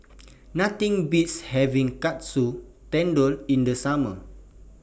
Nothing Beats having Katsu Tendon in The Summer